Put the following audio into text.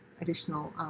additional